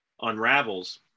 unravels